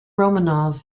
romanov